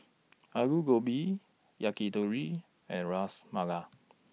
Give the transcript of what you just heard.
Alu Gobi Yakitori and Ras Malai